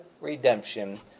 redemption